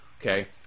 Okay